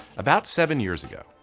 about seven years ago,